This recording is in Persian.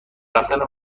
رفتن